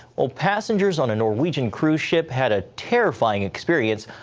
passengers on a norwegian cruise ship had a terrifying experience.